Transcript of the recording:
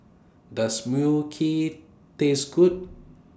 Does Mui Kee Taste Good